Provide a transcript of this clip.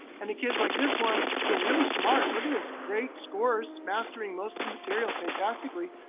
and the kids like this one, who are really smart. look at this great scores, mastering most of the material fantastically.